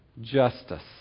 justice